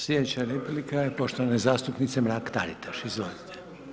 Slijedeća replika je poštovane zastupnice Mrak-Taritaš, izvolite.